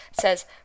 says